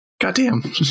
Goddamn